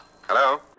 Hello